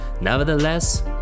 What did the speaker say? Nevertheless